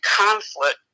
conflict